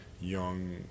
young